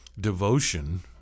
devotion